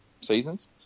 seasons